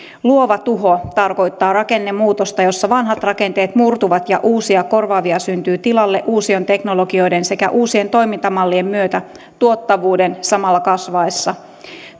luova tuho tarkoittaa rakennemuutosta jossa vanhat rakenteet murtuvat ja uusia korvaavia syntyy tilalle uusien teknologioiden sekä uusien toimintamallien myötä tuottavuuden samalla kasvaessa